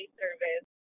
service